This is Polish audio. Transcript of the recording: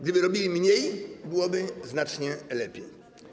Gdyby robił mniej, byłoby znacznie lepiej.